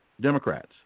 Democrats